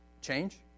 change